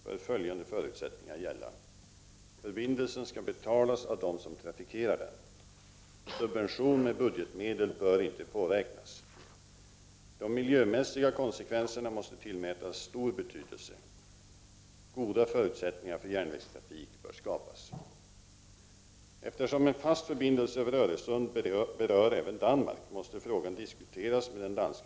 I en tidningsintervju föreslår statssekreteraren i kommunikationsdepartementet, tillika ordföranden i Öresundsdelegationen, Gunnel Färm, att en kombinerad biloch järnvägsbro skall byggas, och att denna skall finansieras genom att bilismen står för samtliga kostnader. Detta är sannolikt för många parter en acceptabel lösning för att komma i gång med bygget.